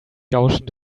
gaussian